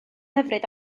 hyfryd